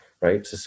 right